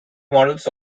models